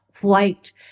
white